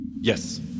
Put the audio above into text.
Yes